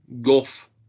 guff